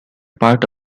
part